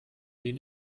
den